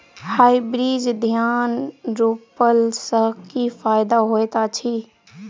Hybrid धान रोपला सँ की फायदा होइत अछि?